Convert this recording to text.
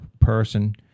person